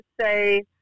say